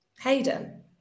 Hayden